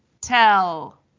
tell